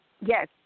Yes